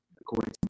according